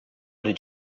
did